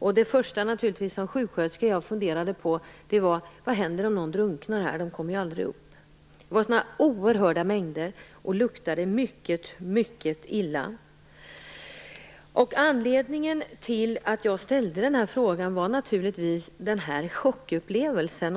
Eftersom jag är sjuksköterska var naturligtvis det första jag funderade på vad som skulle hända om någon ramlade i här - den personen skulle ju aldrig kunna ta sig upp utan skulle drunkna. Det var sådana oerhörda mängder av sådant kladd, och det luktade mycket, mycket illa. Anledningen till att jag ställde den här interpellationen var naturligtvis den chockupplevelsen.